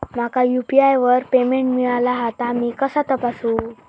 माका यू.पी.आय वर पेमेंट मिळाला हा ता मी कसा तपासू?